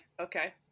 Okay